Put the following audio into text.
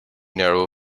narrow